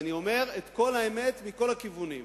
אומר את כל האמת, מכל הכיוונים.